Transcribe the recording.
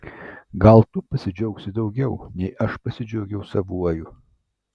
gal tu pasidžiaugsi daugiau nei aš pasidžiaugiau savuoju